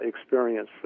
experience